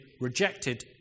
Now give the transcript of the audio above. rejected